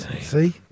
See